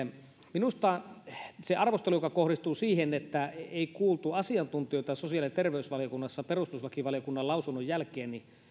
sitä arvostelua joka kohdistuu siihen että ei kuultu asiantuntijoita sosiaali ja terveysvaliokunnassa perustuslakivaliokunnan lausunnon jälkeen